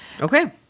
Okay